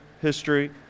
History